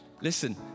Listen